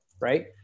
right